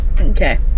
Okay